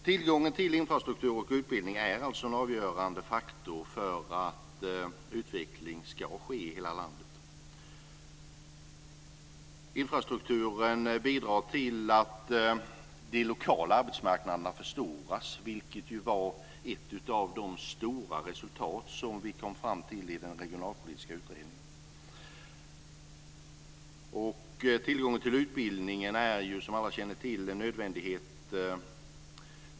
Tillgången till infrastruktur och utbildning är en avgörande faktor för att utveckling ska ske i hela landet. Infrastrukturen bidrar till att de lokala arbetsmarknaderna förstoras, vilket var ett av de stora resultat som vi kom fram till i den regionalpolitiska utredningen. Tillgången till utbildning är, som alla känner till, en nödvändighet.